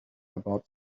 about